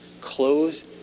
close